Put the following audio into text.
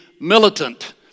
militant